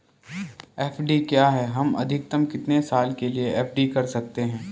FD क्या है हम अधिकतम कितने साल के लिए एफ.डी कर सकते हैं?